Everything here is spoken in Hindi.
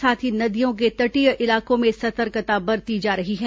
साथ ही नदियों के तटीय इलाकों में सतर्कता बरती जा रही है